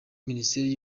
minisiteri